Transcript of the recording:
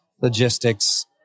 logistics